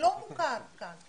לא מוכר כאן.